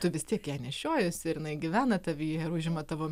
tu vis tiek ją nešiojiesi ir jinai gyvena tavyje ir užima tavo